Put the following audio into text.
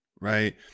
right